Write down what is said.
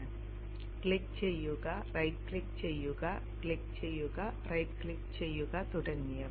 click ചെയ്യുക click ചെയ്യുക right click ചെയ്യുക ക്ലിക്ക് ചെയ്യുക റൈറ്റ് ക്ലിക്ക് ചെയ്യുക തുടങ്ങിയവ